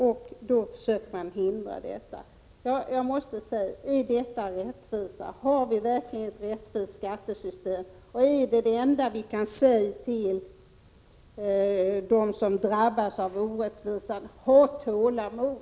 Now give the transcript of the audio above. Detta försöker man lägga hinder i vägen för. Är detta rättvisa, har vi verkligen ett rättvist skattesystem? Är verkligen det enda vi kan säga till dem som drabbas av orättvisan: Ha tålamod!